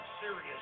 serious